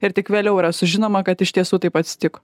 ir tik vėliau yra sužinoma kad iš tiesų taip atsitiko